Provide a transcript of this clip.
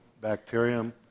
bacterium